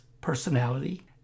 personality